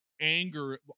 anger